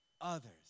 others